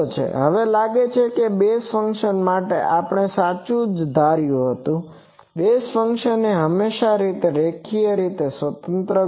હવે લાગે છે કે બેઝ ફંક્શન્સ માટે પણ તે સાચું જ હતું બેઝિસ ફંક્શન એ હંમેશાં રેખીય રીતે સ્વતંત્ર ગણ છે